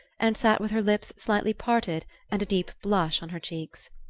and sat with her lips slightly parted and a deep blush on her cheeks.